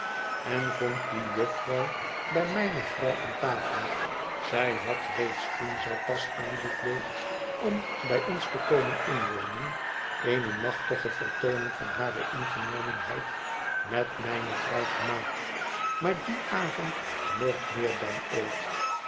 en vond die jufvrouw bij mijne vrouw aan tafel zij had reeds toen zij pas aanzoek deed om bij ons te komen inwonen eene machtige vertooning van hare ingenomenheid met mijne vrouw gemaakt maar dien avond nog meer dan ooit